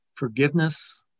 Forgiveness